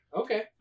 okay